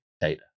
data